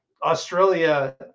Australia